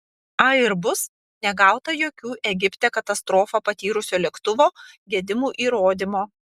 airbus negauta jokių egipte katastrofą patyrusio lėktuvo gedimų įrodymo